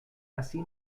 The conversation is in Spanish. así